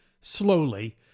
slowly